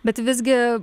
bet visgi